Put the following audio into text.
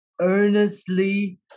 earnestly